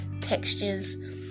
textures